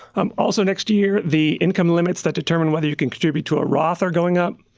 um also next year, the income limits that determine whether you can contribute to a roth are going up.